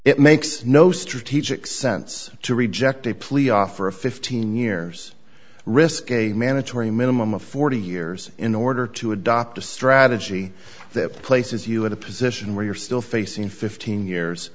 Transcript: it makes no strategic sense to reject a plea offer of fifteen years risk a mandatory minimum of forty years in order to adopt a strategy that places you in a position where you're still facing fifteen years